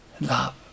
Love